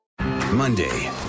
Monday